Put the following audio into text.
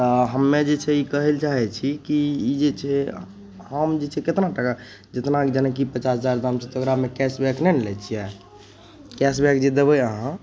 तऽ हमे जे छै ई कहैलए चाहै छी कि ई जे छै हम जे छै कतना टका जतना कि जाने कि पचास हजार दाम छै तऽ ओकरामे कैशबैक नहि ने लै छिए कैशबैक जे देबै अहाँ